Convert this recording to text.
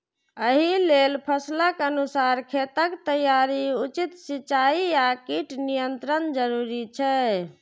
एहि लेल फसलक अनुसार खेतक तैयारी, उचित सिंचाई आ कीट नियंत्रण जरूरी छै